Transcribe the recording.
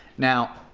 now,